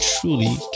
truly